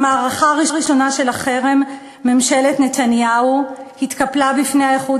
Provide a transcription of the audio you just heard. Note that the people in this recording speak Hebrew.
במערכה הראשונה של החרם ממשלת ישראל התקפלה בפני האיחוד